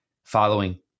Following